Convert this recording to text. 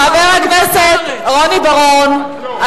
חבר הכנסת רוני בר-און,